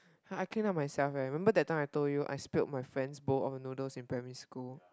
ah I clean up myself leh remember that I told you I spilled my friend's bowl of noodles in primary school